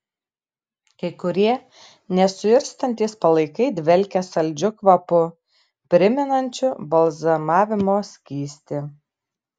kai kurie nesuirstantys palaikai dvelkia saldžiu kvapu primenančiu balzamavimo skystį